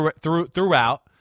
throughout